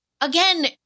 again